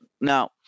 now